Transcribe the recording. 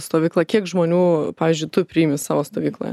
stovykla kiek žmonių pavyzdžiui tu priimi į savo stovyklą